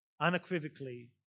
unequivocally